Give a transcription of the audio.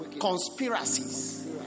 Conspiracies